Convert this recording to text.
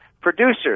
Producers